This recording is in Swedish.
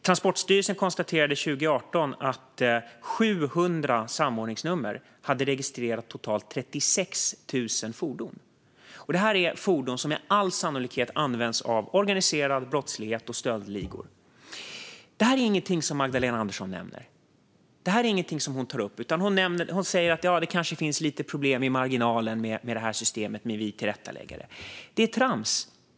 Transportstyrelsen konstaterade 2018 att totalt 36 000 fordon var registrerade på 700 samordningsnummer. Detta är fordon som med all sannolikhet används av stöldligor för organiserad brottslighet. Detta är ingenting som Magdalena Andersson nämner. Hon säger att det kanske finns lite problem i marginalen med detta system men att man tillrättalägger det. Det är trams.